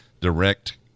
direct